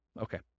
Okay